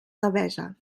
devesa